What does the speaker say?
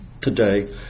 today